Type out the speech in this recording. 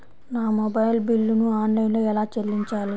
నా మొబైల్ బిల్లును ఆన్లైన్లో ఎలా చెల్లించాలి?